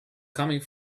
coming